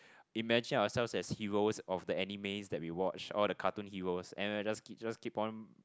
imagine ourselves as heroes of the animes that we watch all the cartoon heroes and then just just keep on